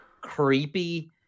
creepy